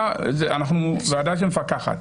אנחנו ועדה שמפקחת.